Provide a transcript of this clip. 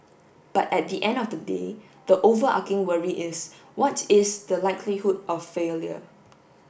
but at the end of the day the overarching worry is what is the likelihood of failure